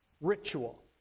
Ritual